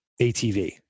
ATV